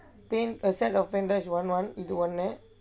paint